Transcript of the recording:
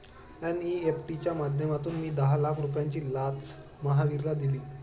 NEFT च्या माध्यमातून मी दहा लाख रुपयांची लाच महावीरला दिली